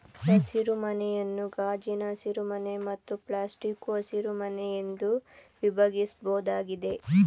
ಹಸಿರುಮನೆಯನ್ನು ಗಾಜಿನ ಹಸಿರುಮನೆ ಮತ್ತು ಪ್ಲಾಸ್ಟಿಕ್ಕು ಹಸಿರುಮನೆ ಎಂದು ವಿಭಾಗಿಸ್ಬೋದಾಗಿದೆ